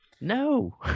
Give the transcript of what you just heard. No